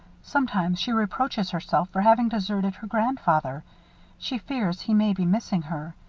sometimes she reproaches herself for having deserted her grandfather she fears he may be missing her.